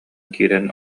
киирэн